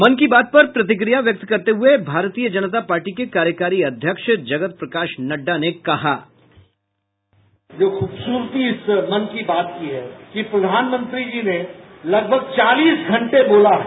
मन की बात पर प्रतिक्रिया व्यक्त करते हुए भारतीय जनता पार्टी के कार्यकारी अध्यक्ष जगत प्रकाश नड्डा ने कहा बाईट जेपीनड्डा जो खूबसूरती से मन की बात की है कि प्रधानमंत्री जी ने लगभग चालीस घंटे बोला है